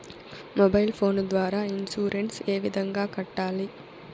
mobile phone ద్వారా insurance ఏ విధంగా కట్టాలి